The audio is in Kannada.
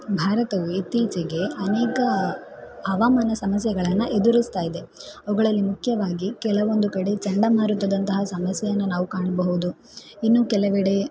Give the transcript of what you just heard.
ಭಾರತವು ಇತ್ತೀಚೆಗೆ ಅನೇಕ ಹವಾಮಾನ ಸಮಸ್ಯೆಗಳನ್ನು ಎದುರಿಸ್ತಾ ಇದೆ ಅವುಗಳಲ್ಲಿ ಮುಖ್ಯವಾಗಿ ಕೆಲವೊಂದು ಕಡೆ ಚಂಡಮಾರುತದಂತಹ ಸಮಸ್ಯೆಯನ್ನು ನಾವು ಕಾಣಬಹುದು ಇನ್ನು ಕೆಲವೆಡೆ